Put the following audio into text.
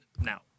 now